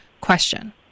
question